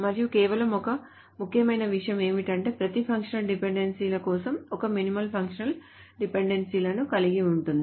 మరియు కేవలం ఒక ముఖ్యమైన విషయం ఏమిటంటే ప్రతి ఫంక్షనల్ డిపెండెన్సీలు కనీసం ఒక మినిమల్ ఫంక్షనల్ డిపెండెన్సీలను కలిగి ఉంటాయి